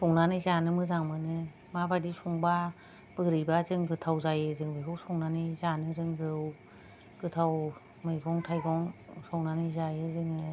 संनानै जानो मोजां मोनो माबादि संबा बोरैबाजों गोथाव जायो जों बेखौ संनानै जानो रोंगौ गोथाव मैगं थायगं संनानै जायो जोङो